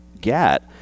get